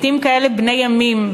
לעתים כאלה בני ימים,